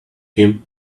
him